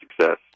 success